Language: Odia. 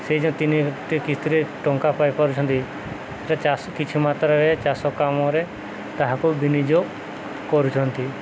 ସେଇ ଯଉ ତିନିଟି କିସ୍ତିରେ ଟଙ୍କା ପାଇପାରୁଛନ୍ତି ସେ ଚାଷ କିଛି ମାତ୍ରାରେ ଚାଷ କାମରେ ତାହାକୁ ବିନିଯୋଗ କରୁଛନ୍ତି